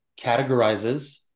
categorizes